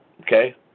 Okay